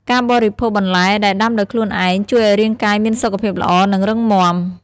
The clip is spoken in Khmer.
ការបរិភោគបន្លែដែលដាំដោយខ្លួនឯងជួយឱ្យរាងកាយមានសុខភាពល្អ និងរឹងមាំ។